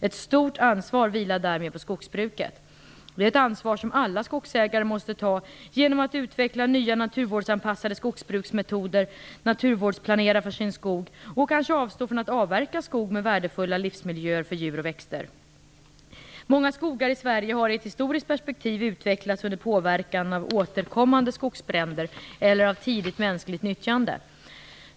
Ett stort ansvar vilar därmed på skogsbruket. Det är ett ansvar som alla skogsägare måste ta genom att utveckla nya naturvårdsanpassade skogbruksmetoder, naturvårdsplanera sin skog och kanske avstå från att avverka skog med värdefulla livsmiljöer för djur och växter. Många skogar i Sverige har i ett historiskt perspektiv utvecklats under påverkan av återkommande skogsbränder eller av tidigt mänskligt nyttjande.